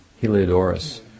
Heliodorus